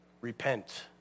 Repent